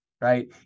right